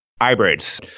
Hybrids